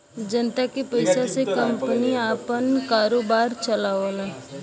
जनता के पइसा से कंपनी आपन कारोबार फैलावलन